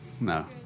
No